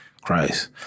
Christ